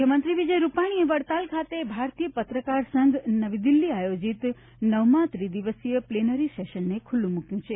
મુખ્યમંત્રી વિજયભાઈ રૂપાણીએ વડતાલ ખાતે ભારતીય પત્રકાર સંઘ નવી દિલ્હી આયોજિત નવમા ત્રિદિવસીય પ્લેનરી સેશનને ખૂલ્લું મૂક્યું છે